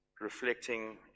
reflecting